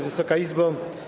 Wysoka Izbo!